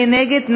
מי נגד?